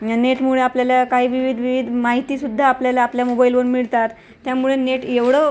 न नेटमुळे आपल्याला काही विविध विविध माहितीसुद्धा आपल्याला आपल्या मोबाईलवरून मिळतात त्यामुळे नेट एवढं